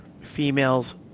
females